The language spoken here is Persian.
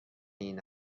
این